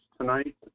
tonight